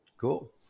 Cool